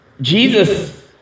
Jesus